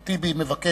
חבר הכנסת טיבי מבקש